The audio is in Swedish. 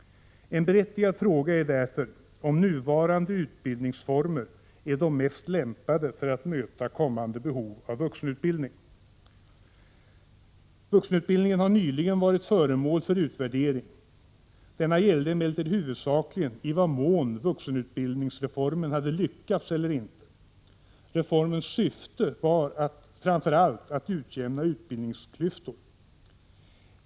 En berättigad fråga är därför om nuvarande utbildningsformer är de mest lämpade för att möta kommande behov av vuxenutbildning. Vuxenutbildningen har nyligen varit föremål för utvärdering. Denna gällde emellertid huvudsakligen i vad mån vuxenutbildningsreformen hade lyckats eller inte. Reformens syfte var framför allt att utjämna utbildningsklyftor.